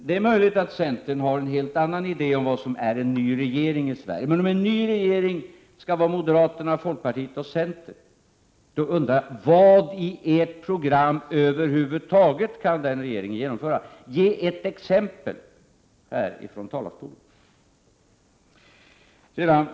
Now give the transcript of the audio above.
Det är möjligt att centern har en helt annan idé om vad som är en ny regering i Sverige, men om en ny regering skall bestå av moderaterna, folkpartiet och centern undrar jag vad det över huvud taget är i centerns program som den regeringen kan genomföra. Ge ett exempel härifrån talarstolen! Fru talman!